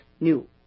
new